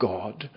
God